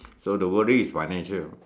so the worry is financial